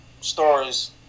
stories